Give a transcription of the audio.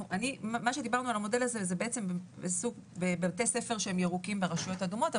דיברנו על המודל הזה בבתי ספר ירוקים ברשויות אדומות,